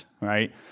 right